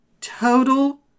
total